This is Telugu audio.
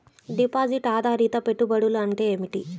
డిపాజిట్ ఆధారిత పెట్టుబడులు అంటే ఏమిటి?